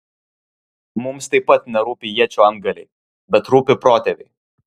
mums taip pat nerūpi iečių antgaliai bet rūpi protėviai